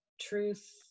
truth